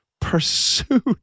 pursuit